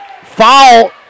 Foul